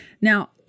Now